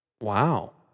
Wow